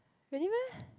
really meh